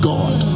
God